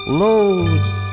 loads